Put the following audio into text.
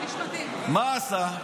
מה עשה?